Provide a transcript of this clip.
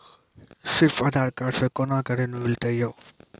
सिर्फ आधार कार्ड से कोना के ऋण मिलते यो?